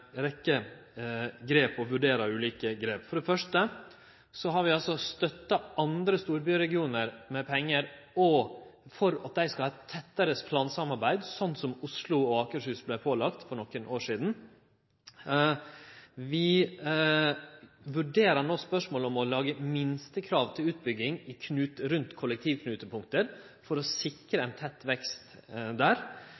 For det første har vi støtta andre storbyregionar med pengar for at dei skal ha eit tettare plansamarbeid, slik som Oslo og Akershus vart pålagde for nokre år sidan. Vi vurderer no spørsmålet om å lage minstekrav til utbygging rundt kollektivknutepunkt for å sikre